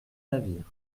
navires